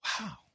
Wow